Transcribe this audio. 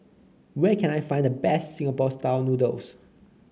where can I find the best Singapore style noodles